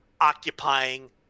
occupying